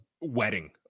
wedding